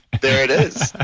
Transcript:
there it is,